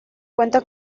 cuenta